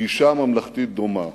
בגישה ממלכתית דומה,